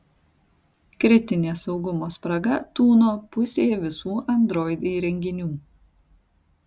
kritinė saugumo spraga tūno pusėje visų android įrenginių